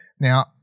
now